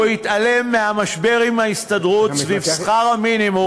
הוא התעלם מהמשבר עם ההסתדרות סביב שכר המינימום,